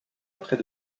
près